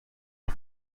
حرف